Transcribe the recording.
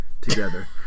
together